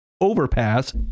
overpass